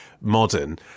modern